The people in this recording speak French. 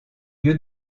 lieu